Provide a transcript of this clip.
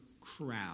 crowd